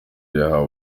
yahawe